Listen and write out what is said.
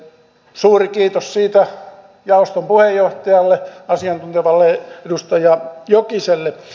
suuri kiitos siitä jaoston puheenjohtajalle asiantuntevalle edustaja jokiselle